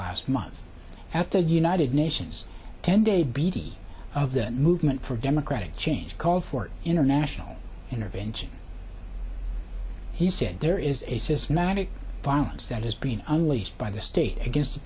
last months at the united nations ten day b d of the movement for democratic change called for international intervention he said there is a systematic violence that is being unleashed by the state against the